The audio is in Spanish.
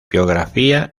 biografía